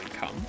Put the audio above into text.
come